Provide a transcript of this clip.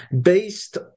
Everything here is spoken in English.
based